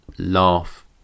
Laugh